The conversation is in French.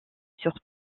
sur